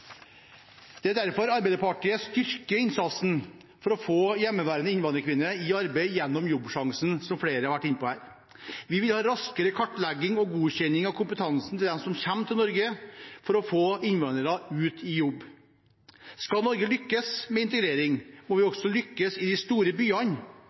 Det er derfor Arbeiderpartiet styrker innsatsen for å få hjemmeværende innvandrerkvinner i arbeid gjennom Jobbsjansen, som flere har vært inne på. Vi vil ha raskere kartlegging og godkjenning av kompetansen til dem som kommer til Norge, for å få innvandrere ut i jobb. Skal Norge lykkes med integrering, må vi